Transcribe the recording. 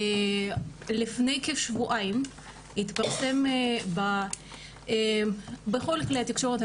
לפני כשבועיים התפרסם בכל כלי התקשורת,